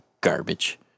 garbage